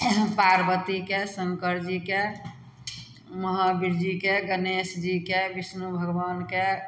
पार्वतीके शंकर जीके महावीर जीके गणेश जीके विष्णु भगवानके